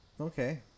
Okay